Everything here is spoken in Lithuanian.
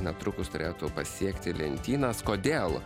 netrukus turėtų pasiekti lentynas kodėl